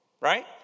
right